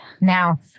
Now